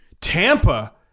tampa